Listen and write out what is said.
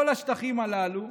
כל השטחים הללו,